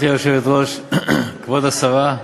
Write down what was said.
גברתי היושבת-ראש, תודה, כבוד השרה,